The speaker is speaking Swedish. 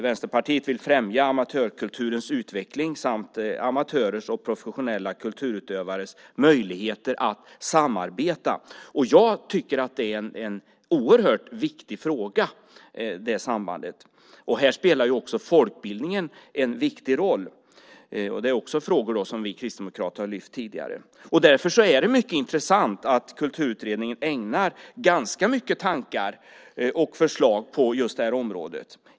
Vänsterpartiet vill främja amatörkulturens utveckling samt amatörers och professionella kulturutövares möjligheter att samarbeta. Jag tycker att det sambandet är en oerhört viktig fråga. Här spelar folkbildningen en viktig roll. Det är frågor som vi kristdemokrater har lyft fram tidigare. Därför är det mycket intressant att Kulturutredningen har ganska mycket tankar och förslag på just det här området.